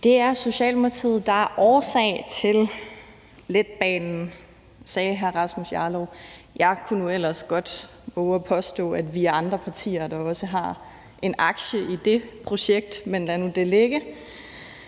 Det er Socialdemokratiet, der er årsag til letbanen, sagde hr. Rasmus Jarlov. Jeg kunne nu ellers godt vove at påstå, at vi er andre partier, der også har en aktie i det projekt, men lad nu det ligge.